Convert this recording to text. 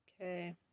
Okay